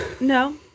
No